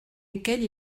lesquels